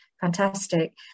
fantastic